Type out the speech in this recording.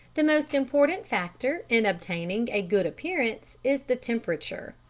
the most important factor in obtaining a good appearance is the temperature,